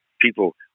people